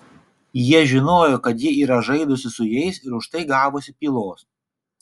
jie žinojo kad ji yra žaidusi su jais ir už tai gavusi pylos